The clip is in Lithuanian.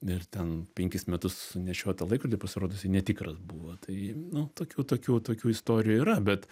ir ten penkis metus nešiotą laikrodį pasirodo jisai netikras buvo tai nu tokių tokių tokių istorijų yra bet